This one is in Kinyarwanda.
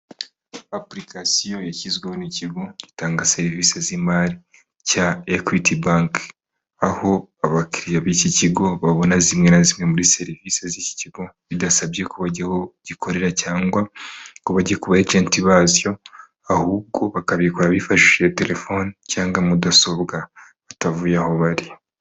Apurikasiyo yashyizweho n'ikigo gitanga serivise z'imari cya ekwiti banke. Aho abakiriya b'iki kigo babona zimwe na zimwe muri serivise z'iki kigo, bidasabye ko bajya aho gikorera cyangwa ngo banjye kuba ejenti bacyo, ahubwo bakabikora bifashishije telefoni cyangwa mudasobwa, batavuye aho bari.